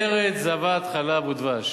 ארץ זבת חלב ודבש".